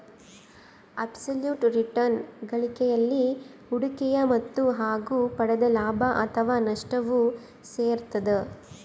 abs ಲುಟ್ return ಗಳಿಕೆಯಲ್ಲಿ ಹೂಡಿಕೆಯ ಮೊತ್ತ ಹಾಗು ಪಡೆದ ಲಾಭ ಅಥಾವ ನಷ್ಟವು ಸೇರಿರ್ತದ